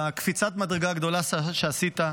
על קפיצת המדרגה הגדולה שעשית,